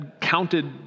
counted